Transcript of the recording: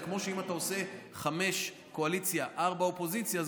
זה כמו שאם אתה עושה חמישה קואליציה וארבעה אופוזיציה,